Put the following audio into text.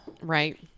Right